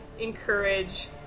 encourage